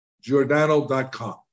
Giordano.com